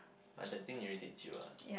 the thing irritates you ah